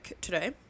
today